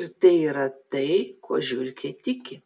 ir tai yra tai kuo žiurkė tiki